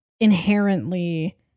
inherently